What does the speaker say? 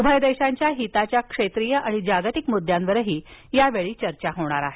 उभय देशांच्या हिताच्या क्षेत्रीय आणि जागतिक मुद्द्यांवरही यावेळी चर्चा होणार आहे